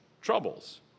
troubles